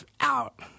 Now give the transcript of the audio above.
out